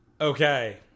okay